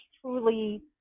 truly